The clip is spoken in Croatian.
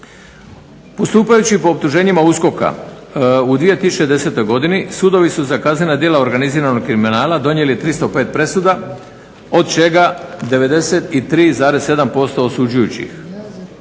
Postupajući po optuženjima USKOK-a u 2010. godini sudovi su za kaznena djela organiziranog kriminala donijeli 305 presuda od čega 93,7% osuđujućih,